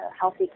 healthy